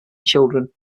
children